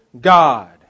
God